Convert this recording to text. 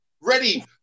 ready